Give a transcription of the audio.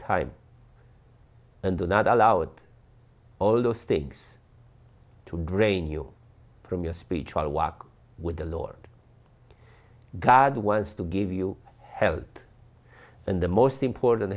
time and do not allow it all those things to drain you from your speech i walk with the lord god wants to give you help and the most important